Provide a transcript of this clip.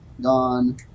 gone